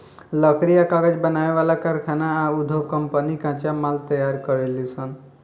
लकड़ी आ कागज बनावे वाला कारखाना आ उधोग कम्पनी कच्चा माल तैयार करेलीसन